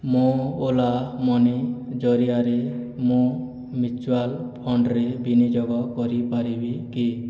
ମୋ Ola Money ଜରିଆରେ ମୁଁ ମ୍ୟୁଚୁଆଲ୍ ଫଣ୍ଡରେ ବିନିଯୋଗ କରିପାରିବି କି